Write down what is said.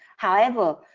however,